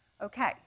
okay